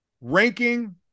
Ranking